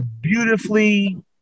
beautifully